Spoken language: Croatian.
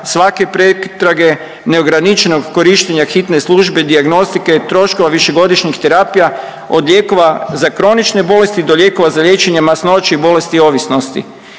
svake pretrage, neograničenog korištenja hitne službe, dijagnostike i troškova višegodišnjih terapija od lijekova za kronične bolesti do lijekova za liječenje masnoće i bolesti ovisnosti.